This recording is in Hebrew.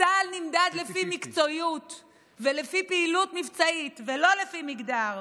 צה"ל נמדד לפי מקצועיות ולפי פעילות מבצעית ולא לפי מגדר.